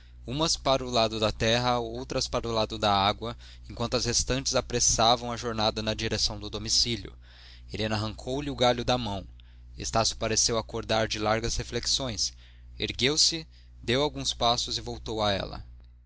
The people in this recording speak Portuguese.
umas para o lado da terra outras para o lado da água enquanto as restantes apressavam a jornada na direção do domicílio helena arrancou-lhe o galho da mão estácio pareceu acordar de largas reflexões ergueu-se deu alguns passos e voltou a ela